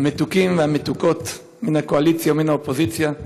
המתוקים והמתוקות מן הקואליציה ומן האופוזיציה.